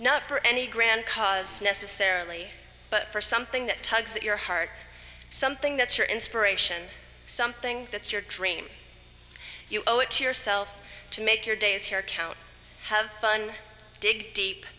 not for any grand cause necessarily but for something that tugs at your heart something that your inspiration something that your dream you owe it to yourself to make your days here count have fun dig deep